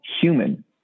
human